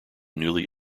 newly